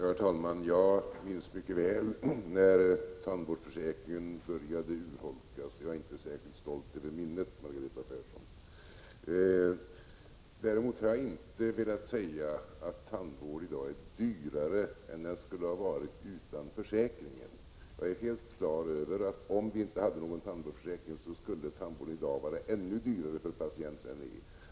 Herr talman! Jag minns mycket väl när tandvårdsförsäkringen började urholkas. Jag är inte särskilt stolt över minnet, Margareta Persson. Däremot har jag inte velat säga att tandvården i dag är dyrare än den skulle ha varit utan försäkringen. Jag är helt på det klara med att om vi inte hade tandvårdsförsäkringen skulle tandvården nu ha varit ännu dyrare för patienten än den är.